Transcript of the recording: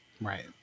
Right